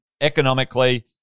Economically